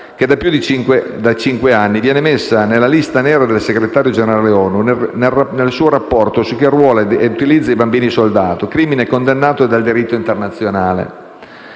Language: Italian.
che, da più di cinque anni, viene messa nella lista nera dal Segretario Generale ONU nel suo rapporto su chi arruola e utilizza i bambini-soldato, crimine condannato dal diritto internazionale.